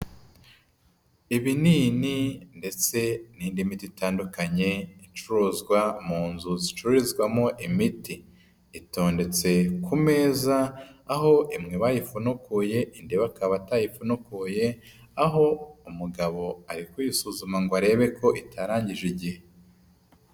Ibinini ndetse n'indi miti itandukanye icuruzwa mu nzu zicururizwamo imiti, itondetse ku meza aho imwe bayifunukuye indi bakaba batayifunukuye, aho umugabo ari kuyisuzuma ngo arebe ko itarangije igihe.